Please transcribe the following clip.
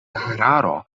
hararo